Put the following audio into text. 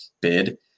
bid